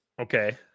okay